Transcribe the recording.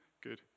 Good